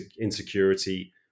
insecurity